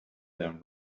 them